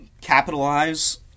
capitalize